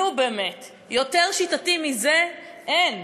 נו, באמת, יותר שיטתי מזה אין,